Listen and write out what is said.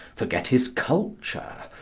forget his culture,